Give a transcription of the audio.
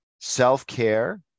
self-care